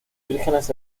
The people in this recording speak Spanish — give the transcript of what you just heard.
vírgenes